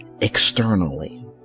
externally